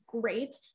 great